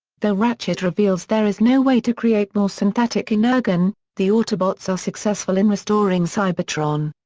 though ratchet reveals there is no way to create more synthetic energon, the autobots are successful in restoring cybertron.